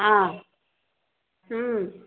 हँ हुँ